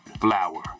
flower